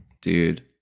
Dude